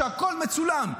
כשהכול מצולם.